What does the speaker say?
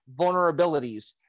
vulnerabilities